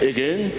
Again